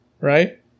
right